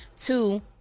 two